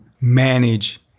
manage